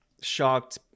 shocked